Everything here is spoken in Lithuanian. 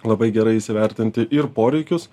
labai gerai įsivertinti ir poreikius